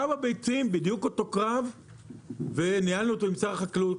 היה בביצים בדיוק אותו קרב וניהלנו אותו עם שר החקלאות